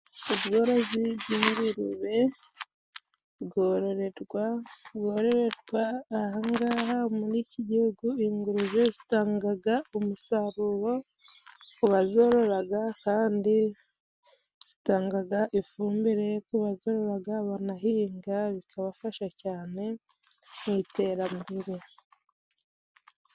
Ubworozi bw'ingurube bwororerwa ahangaha muri iki gihugu ,ingurube zitangaga umusaruro kubazororaga ,kandi zitangaga ifumbire ku bazororaga banahinga bikabafasha cane mu iterambere.